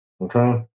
okay